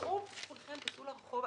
כולכם תצאו לרחוב,